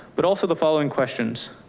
but also the following questions.